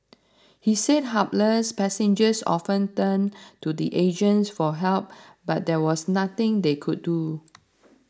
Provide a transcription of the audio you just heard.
he said hapless passengers often turned to the agents for help but there was nothing they could do